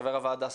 חבר הוועדה,